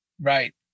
Right